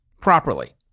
properly